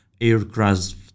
aircraft